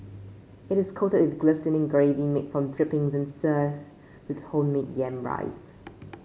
it is coated with glistening gravy made from drippings and served with homemade yam rice